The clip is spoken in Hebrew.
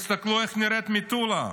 תסתכלו איך נראית מטולה,